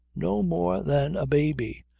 no more than a baby.